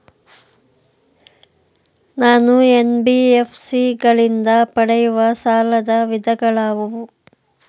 ನಾನು ಎನ್.ಬಿ.ಎಫ್.ಸಿ ಗಳಿಂದ ಪಡೆಯುವ ಸಾಲದ ವಿಧಗಳಾವುವು?